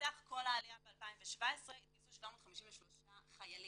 מסך כל העלייה ב-2017 התגייסו 753 חיילים.